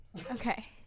okay